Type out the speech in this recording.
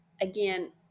again